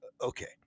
Okay